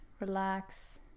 relax